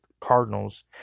Cardinals